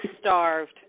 starved